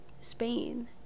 Spain